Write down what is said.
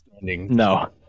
No